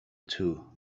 two